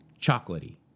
chocolatey